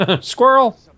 Squirrel